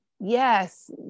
yes